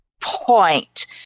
Point